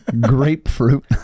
Grapefruit